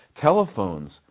telephones